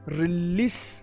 release